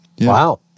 Wow